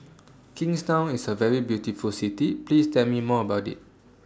Kingstown IS A very beautiful City Please Tell Me More about IT